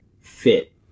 fit